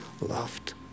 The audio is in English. loved